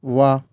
वाह